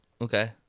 Okay